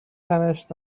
تنش